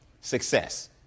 Success